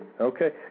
Okay